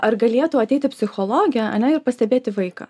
ar galėtų ateiti psichologė ane ir pastebėti vaiką